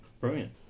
Brilliant